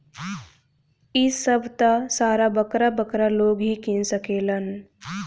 इ सभ त सारा बरका बरका लोग ही किन सकेलन